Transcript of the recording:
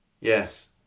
Yes